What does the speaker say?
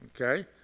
Okay